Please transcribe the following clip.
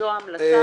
זו ההמלצה.